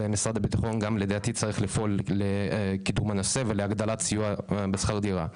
ומשרד הביטחון לדעתי צריך לפעול לקידום הנושא ולהגדלת הסיוע בשכר דירה.